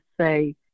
say